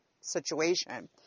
situation